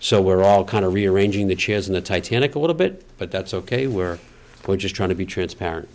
so we're all kind of rearranging the chairs on the titanic a little bit but that's ok were just trying to be transparent